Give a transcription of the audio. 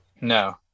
No